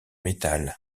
métal